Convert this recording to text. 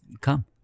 come